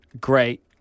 great